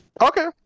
Okay